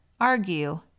argue